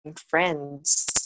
friends